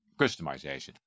customization